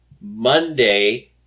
Monday